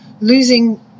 losing